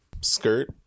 skirt